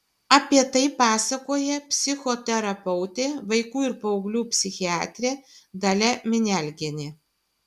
apie tai pasakoja psichoterapeutė vaikų ir paauglių psichiatrė dalia minialgienė